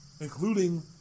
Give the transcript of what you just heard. including